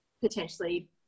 potentially